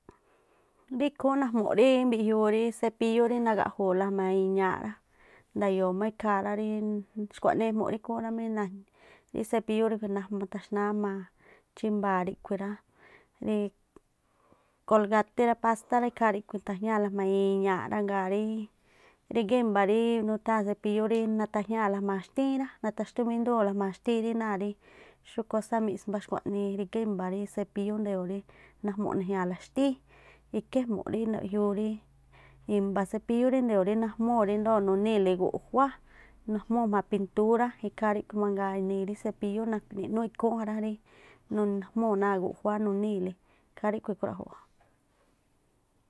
Rí ikhúún najmu̱ꞌ rí mbiꞌjiuu sepíllú rí nagaꞌju̱u̱la jmaa iñaaꞌ rá, ndayo̱o̱ má ikhaa rá, xkuaꞌnii ejmu̱ꞌ rí ikhúún rá mí naj rí sepilló ríꞌkhui̱ mathaxnáá jma̱a chímba̱a̱ ríkhui̱ ráá ríi̱ kolgáté rá pastá rá ikhaa ríꞌkhui̱ ithajñáa̱ jma̱a iñaaꞌ rá. Ngaa̱ ríí, rígá i̱mba̱a̱ rí nutháa̱n sepilló ri nutháa̱n sepilló ri nathajñáa̱la jma̱a xtíín rá, nathaxtúmindúu̱la jma̱a xtíín rá náa̱ rí xú kósá miꞌsmba xkuaꞌnii rigá im̱ba̱ rí sepilló nda̱yo̱o̱ rí najmu̱ꞌ na̱jña̱a̱ꞌla xtíín ikhí ejmu̱ꞌ rí nayoo ríí. I̱mḇa sepilló rí ndeyo̱o̱ rí najmúu̱ ríndoo̱ nuníi̱-le guꞌjuá, |najmúu̱ jma̱a pinturá ikhaa ríꞌkhui̱ mangaa inii rí sepilló ri naꞌ- naniꞌnúúꞌ- ikhúún ja rá, rí nuj- najmúu̱- náa̱ guꞌjuá nunii-le khaa ríꞌkhui̱ ikhruaꞌjo̱ꞌ.